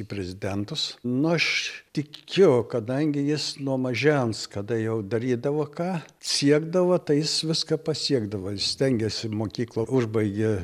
į prezidentus nu aš tikiu kadangi jis nuo mažens kada jau darydavo ką siekdavo tai jis viską pasiekdavo stengėsi mokyklą užbaigė